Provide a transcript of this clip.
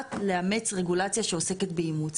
שיוחלט לאמץ רגולציה שעוסקת באימוץ.